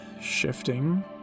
shifting